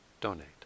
donate